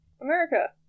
America